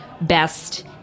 best